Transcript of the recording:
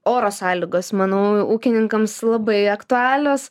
oro sąlygos manau ūkininkams labai aktualios